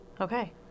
Okay